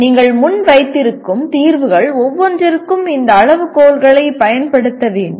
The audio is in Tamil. நீங்கள் முன் வைத்திருக்கும் தீர்வுகள் ஒவ்வொன்றிற்கும் இந்த அளவுகோல்களைப் பயன்படுத்த வேண்டும்